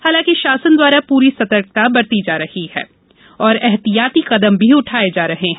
हालांकि शासन द्वारा पूरी सतर्कता बरती जा रही है और ऐहतियाती कदम भी उठाये जा रहे हैं